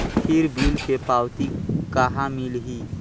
फिर बिल के पावती कहा मिलही?